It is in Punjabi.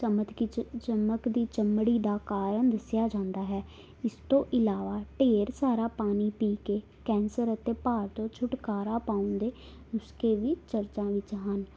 ਚਮਤਕੀ 'ਚ ਚਮਕ ਦੀ ਚਮੜੀ ਦਾ ਕਾਰਨ ਦੱਸਿਆ ਜਾਂਦਾ ਹੈ ਇਸ ਤੋਂ ਇਲਾਵਾ ਢੇਰ ਸਾਰਾ ਪਾਣੀ ਪੀ ਕੇ ਕੈਂਸਰ ਅਤੇ ਭਾਰ ਤੋਂ ਛੁਟਕਾਰਾ ਪਾਉਣ ਦੇ ਨੁਸਖੇ ਵੀ ਚਰਚਾ ਵਿੱਚ ਹਨ